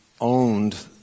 owned